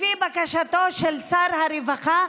לפי בקשתו של שר הרווחה,